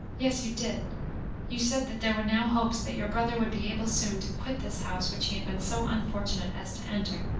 yes, you did you said that there were now hopes that your brother would be able soon to quit this house which he had been so unfortunate as to enter.